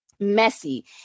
messy